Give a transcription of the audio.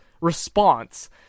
response